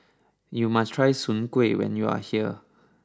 you must try Soon Kueh when you are here